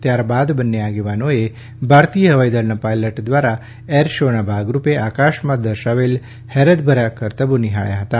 ત્યારબાદ બંને આગેવાનોએ ભારતીય હવાઈદળના પાયલટ દ્વારા એર શો ના ભાગરૂપે આકાશમાં દર્શાવેલ હેરતભર્યા કરતબો નિહાળ્યા હતા